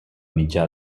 mitjà